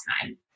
time